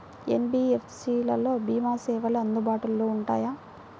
NBFC లలో భీమా సేవలు అందుబాటులో ఉంటాయా?